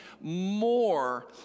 more